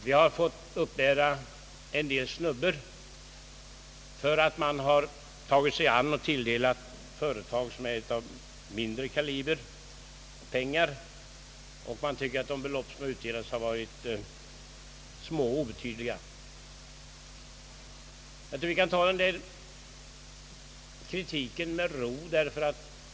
Vi har fått uppbära en del snubbor för att vissa företag av mindre kaliber har tilldelats pengar. Jag tror vi kan ta denna kritik med ro.